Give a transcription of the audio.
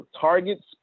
target